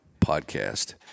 podcast